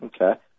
Okay